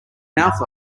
mouth